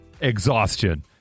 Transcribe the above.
exhaustion